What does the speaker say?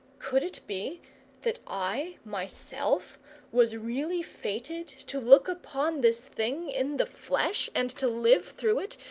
could it be that i myself was really fated to look upon this thing in the flesh and to live through it,